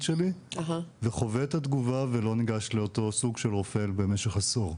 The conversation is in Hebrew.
שלי וחווה את התגובה ולא ניגש לאותו סוג של רופא במשך עשור.